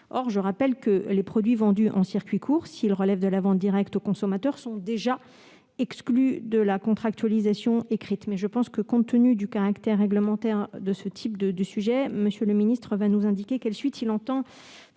produits. Or les produits vendus en circuits courts, s'ils relèvent de la vente directe aux consommateurs, sont déjà exclus de la contractualisation écrite. Compte tenu du caractère réglementaire de ce sujet, j'imagine que le ministre va nous indiquer quelle suite il entend